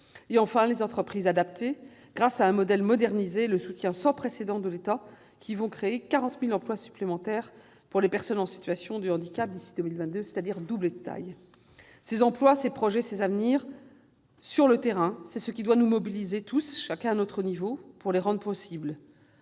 Quant aux entreprises adaptées, grâce à un modèle modernisé et à un soutien sans précédent de l'État, elles vont créer 40 000 emplois supplémentaires pour les personnes en situation de handicap d'ici à 2022, c'est-à-dire doubler de taille. Ces emplois, ces projets, ces avenirs sur le terrain, voilà ce qui doit nous mobiliser tous, chacun à notre niveau, pour les rendre possibles.